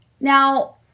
Now